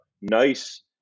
nice